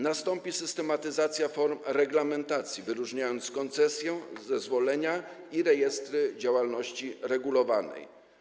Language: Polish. Nastąpi systematyzacja form reglamentacji, z wyróżnieniem koncesji, zezwoleń i rejestrów działalności regulowanej.